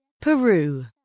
Peru